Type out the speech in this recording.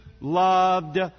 loved